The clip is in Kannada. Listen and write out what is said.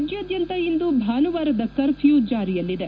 ರಾಜ್ಗಾದ್ಯಂತ ಇಂದು ಭಾನುವಾರದ ಕರ್ಫ್ಯೂ ಜಾರಿಯಲ್ಲಿದೆ